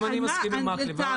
גם אני מסכים עם מקלב.